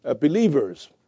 believers